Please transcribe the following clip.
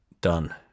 done